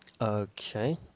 Okay